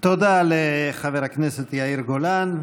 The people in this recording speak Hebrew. תודה לחבר הכנסת יאיר גולן.